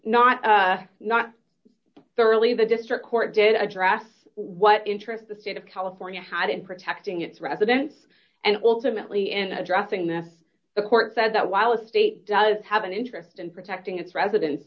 not not thoroughly the district court did address what interest the state of california had in protecting its residents and ultimately in addressing this the court said that while the state does have an interest in protecting its residen